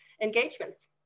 engagements